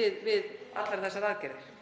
við allar þessar aðgerðir.